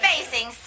Facing